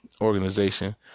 organization